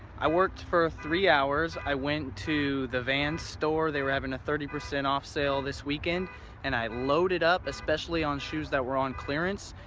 i worked for three hours. i went to the vans store, they were having a thirty percent off sale this weekend and i loaded up, especially on shoes that were on clearance.